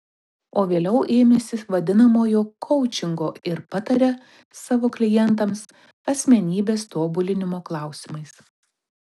o vėliau ėmėsi vadinamojo koučingo ir pataria savo klientams asmenybės tobulinimo klausimais